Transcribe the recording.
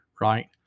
right